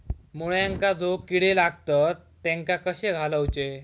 मुळ्यांका जो किडे लागतात तेनका कशे घालवचे?